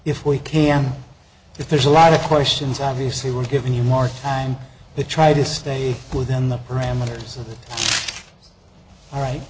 if we can if there's a lot of questions obviously we're giving you more the try to stay within the parameters of the all right